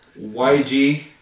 YG